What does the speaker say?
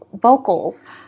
vocals